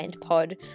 Pod